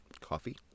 coffee